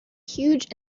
huge